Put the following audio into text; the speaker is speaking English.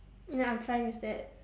ya I'm fine with that